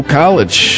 college